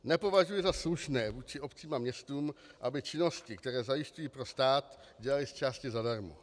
Nepovažuji za slušné vůči obcím a městům, aby činnosti, které zajišťují pro stát, dělaly zčásti zadarmo.